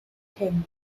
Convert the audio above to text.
king